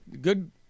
good